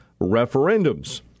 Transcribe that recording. referendums